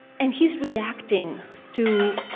and he's reacting to,